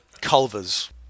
Culver's